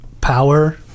power